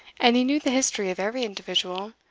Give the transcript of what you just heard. and he knew the history of every individual,